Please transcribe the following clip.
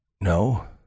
No